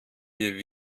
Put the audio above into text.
wir